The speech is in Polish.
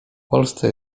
polsce